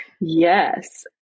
Yes